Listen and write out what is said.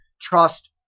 trust